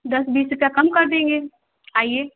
दस बीस रुपये कम कर देंगे आइए